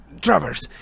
Travers